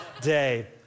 day